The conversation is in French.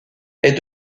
est